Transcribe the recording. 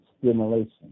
stimulation